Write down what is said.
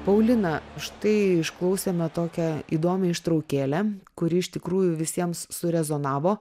paulina štai išklausėme tokią įdomią ištraukėlę kuri iš tikrųjų visiems su rezonavo